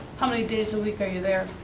how many days a week are you there?